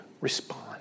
respond